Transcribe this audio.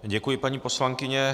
Děkuji, paní poslankyně.